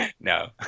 No